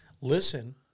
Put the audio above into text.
Listen